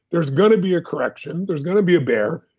there's going to be a correction, there's going to be a bear.